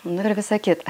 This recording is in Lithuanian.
nu ir visa kita